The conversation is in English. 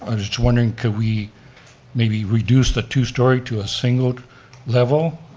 and just wondering, could we maybe reduce the two story to a single level?